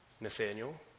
Nathaniel